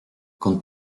con